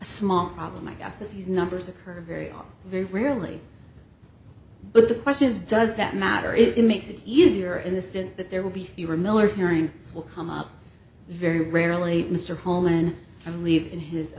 small problem i guess that these numbers occur very very rarely but the question is does that matter if it makes it easier in the sense that there will be fewer miller hearings this will come up very rarely mr hohmann i believe in his